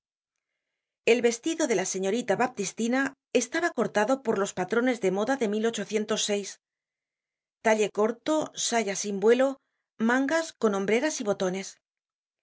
el vestido de la señorita baptistina estaba cortado por los patrones de moda de talle corto saya sin vuelo mangas con hombreras y botones